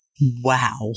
Wow